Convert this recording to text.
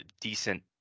decent